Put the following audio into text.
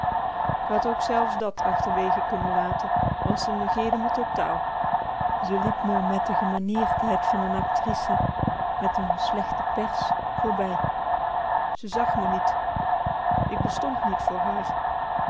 k had ook zelfs dat achterwege kunnen laten want ze negeerde me totaal ze liep me met de gemaniereerdheid van n actrice met n slechte pers voorbij ze zag me niet ik bestond niet voor haar